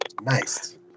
nice